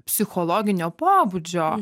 psichologinio pobūdžio